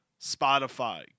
Spotify